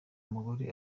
umugore